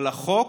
אבל החוק,